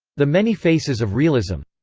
the many faces of realism.